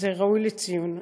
זה ראוי לציון.